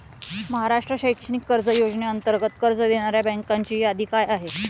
महाराष्ट्र शैक्षणिक कर्ज योजनेअंतर्गत कर्ज देणाऱ्या बँकांची यादी काय आहे?